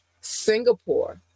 Singapore